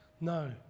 No